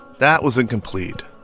that was incomplete.